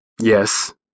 yes